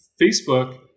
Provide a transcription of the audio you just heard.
Facebook